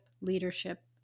leadership